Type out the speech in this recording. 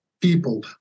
people